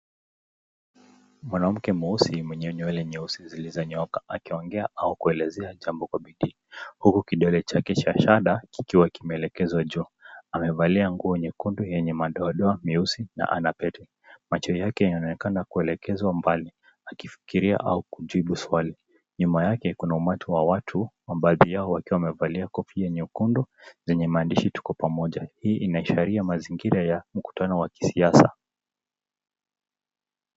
Mwanamke mweusi mwenye nywele nyeusi zilizonyooka akiongea au kuelezea jambo kwa bidii, huku kidole chake cha shada kikiwa kimeelekezwa juu. Amevalia nguo nyekundu yenye madoadoa meusi na ana pete. Macho yake yanaonekana kuelekezwa mbali akifikiria au kujibu swali. Nyuma yake kuna umati wa watu, baadhi yao wakiwa wamevalia kofia nyekundu zenye maandishi tuko pamoja. Hii inaashiria mazingira ya mkutano wa kisiasa.